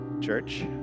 Church